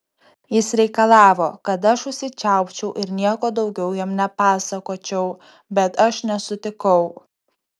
jis reikalavo kad aš užsičiaupčiau ir nieko daugiau jam nepasakočiau bet aš nesutikau